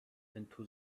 into